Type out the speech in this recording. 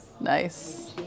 Nice